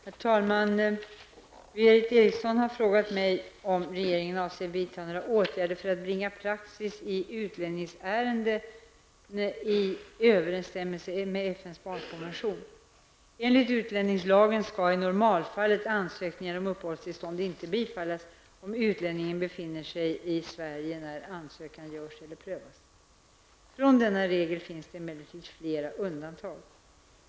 Herr talman! Berith Eriksson har frågat mig om regeringen avser vidta några åtgärder för att bringa praxis i utlänningsärenden i överensstämmelse med Enligt utlänningslagen skall i normalfallet ansökningar om uppehållstillstånd inte bifallas om utlänningen befinner sig i Sverige när ansökan görs eller prövas. Från denna regel finns det emellertid flera undantag.